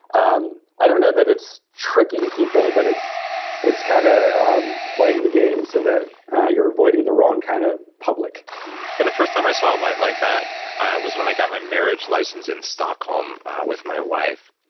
um i don't know that it's tricking people, but it's it's kind of playing the game so that you're avoiding the wrong kind of public the first time i saw a light like that, was when i got my marriage license in stockholm with my wife.